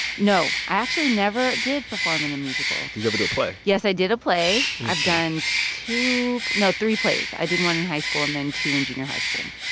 no. i actually never did perform in a musical did you ever do a play? yes, i did a play. i've done two no, three plays. i did one in high school and then two in junior high school